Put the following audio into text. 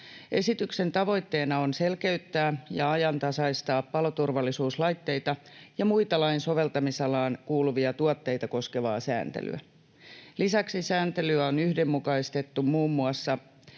Esityksen tavoitteena on selkeyttää ja ajantasaistaa paloturvallisuuslaitteita ja muita lain soveltamisalaan kuuluvia tuotteita koskevaa sääntelyä. Lisäksi sääntelyä on yhdenmukaistettu muun